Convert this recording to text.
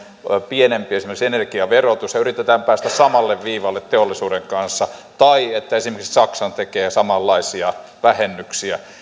pienempi energiaverotus ja yritetään päästä samalle viivalle teollisuuden kanssa tai että esimerkiksi saksa tekee samanlaisia vähennyksiä